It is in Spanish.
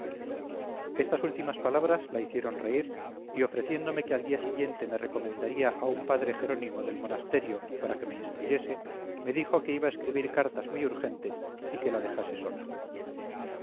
estas últimas palabras la hicieron reír y ofreciéndome que al día siguiente me recomendaría a un padre jerónimo del monasterio para que me instruyese me dijo que iba a escribir cartas muy urgentes y que la dejase sola